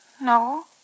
No